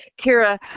Kira